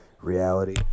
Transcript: reality